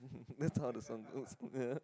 that's how the song goes yeah